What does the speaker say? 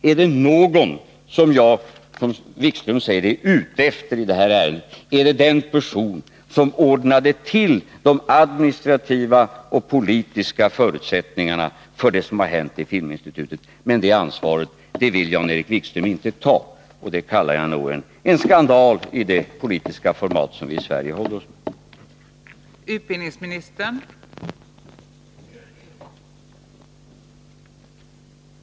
Är det någon som jag, som Jan-Erik Wikström säger, är ute efter i detta ärende är det den person som ordnade till de administrativa och politiska förutsättningarna för det som har hänt i Filminstitutet. Men det ansvaret vill Jan-Erik Wikström inte ta. Det kallar jag en politisk skandal av det format som vi i Sverige håller oss med.